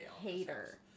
hater